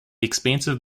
expansive